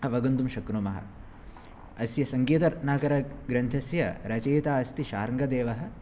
अवगन्तुं शक्नुमः अस्य सङ्गीतरत्नाकरग्रन्थस्य रचयिता अस्ति शार्ङ्गदेवः